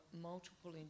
multiple